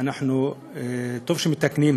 טוב שמתקנים.